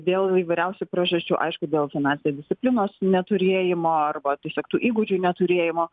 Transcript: dėl įvairiausių priežasčių aišku dėl finansinės disciplinos neturėjimo arba tiesiog tų įgūdžių neturėjimo